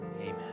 Amen